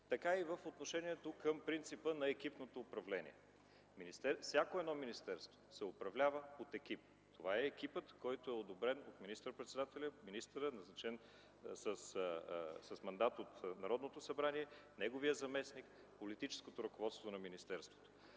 така и в отношението към принципа на екипното управление. Всяко министерство се управлява от екип. Това е екипът, който е одобрен от министър председателя – министърът, назначен с мандат от Народното събрание, неговият заместник, политическото ръководство на министерството.